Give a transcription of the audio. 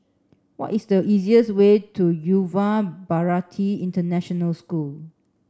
what is the easiest way to Yuva Bharati International School